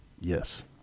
Yes